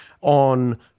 on